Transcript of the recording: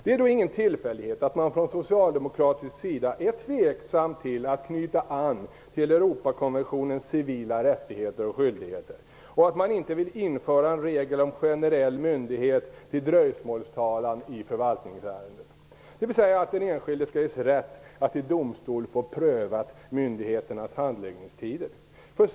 Det är då ingen tillfällighet att man från socialdemokratisk sida är tveksam till att knyta an till Europakonventionens civila rättigheter och skyldigheter och att man inte vill införa en regel om generell möjlighet till dröjsmålstalan i förvaltningsärenden, dvs. att den enskilde skall ges rätt att i domstol få prövat myndigheternas handläggningstider.